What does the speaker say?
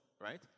Right